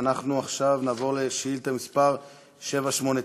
אנחנו עכשיו נעבור לשאילתה מס' 789,